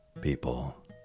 people